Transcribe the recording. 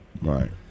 Right